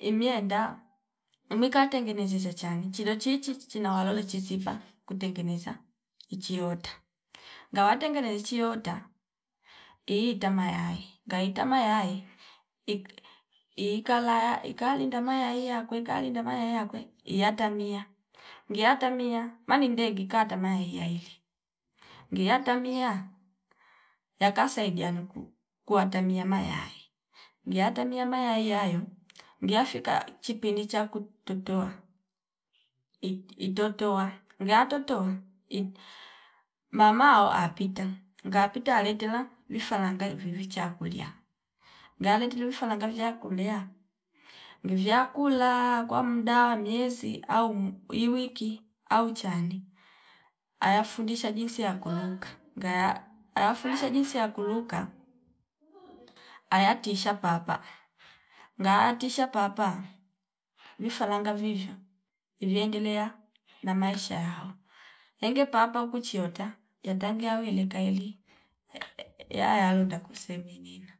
imienda imwika tengeneza chani chilo chichi china walole chichika kutengeza ichiota ngawa tengene chiota iiita mayayi ngaita mayayi ik ikala ya ikalinda mayayi yakwe ikalinda mayaya yakwe iyata mia ngiyata mia mani ndege ikata mayayai iyaili ngiya tamia yakasaida yano kuu- kuuatamia mayayi ngiya tamia mayayi ayo ngiyafika chipindi chaku totoa it- itotoa ngia totoa iti mama awa pita ngaa pita aletela vifaranga iviwi chakulia ngale tili vifaranga viya kulia, mvya kula kwa mdaa miezi au iwiki au chani aya fundisha jinsi ya kuruka ngaya aya fundisha jinsi ya kuruka aya tisha papa ngaa tisha papa vifaranga vivyo ivyendelea na maisha yao enge papa kuchiota yatangi awe ili taili yaya lunda kusemi ninda